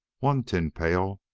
one tin pail,